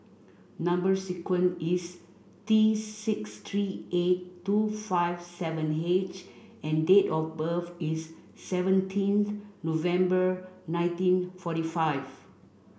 number sequence is T six three eight two five seven H and date of birth is seventeenth November nineteen forty five